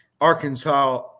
Arkansas